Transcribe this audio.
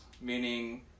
meaning